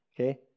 Okay